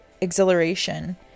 exhilaration